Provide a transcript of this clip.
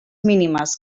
mínimes